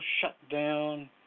shutdown